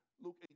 Luke